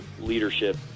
leadership